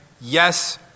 yes